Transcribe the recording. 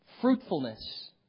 fruitfulness